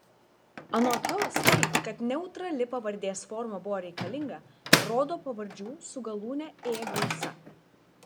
anot jos tai kad neutrali pavardės forma buvo reikalinga rodo pavardžių su galūne ė gausa